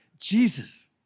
Jesus